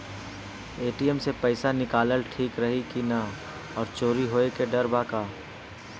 ATM से पईसा निकालल ठीक रही की ना और चोरी होये के डर बा का?